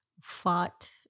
fought